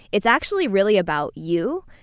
it's actually really about you.